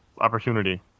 opportunity